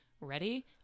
ready